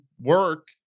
work